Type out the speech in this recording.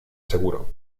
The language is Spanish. seguro